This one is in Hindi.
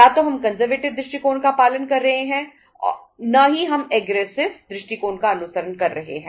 न तो हम कंजरवेटिव दृष्टिकोण का अनुसरण कर रहे हैं